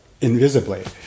invisibly